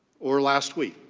or last week,